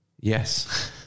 Yes